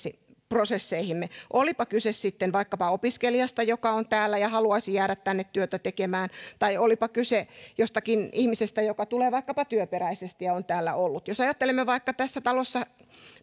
lupaprosesseihimme olipa kyse sitten vaikkapa opiskelijasta joka on täällä ja haluaisi jäädä tänne työtä tekemään tai olipa kyse jostakin ihmisestä joka tulee vaikkapa työperäisesti ja on täällä ollut jos ajattelemme vaikka tässä talossa